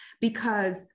because-